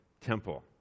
temple